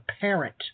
parent